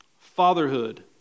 Fatherhood